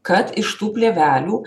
kad iš tų plėvelių